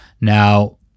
Now